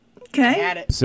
Okay